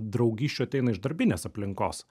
draugysčių ateina iš darbinės aplinkos